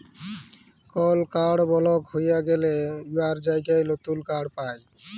call কাড় বলক হঁয়ে গ্যালে উয়ার জায়গায় লতুল কাড় পায়